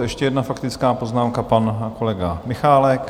Ještě jedna faktická poznámka, pan kolega Michálek.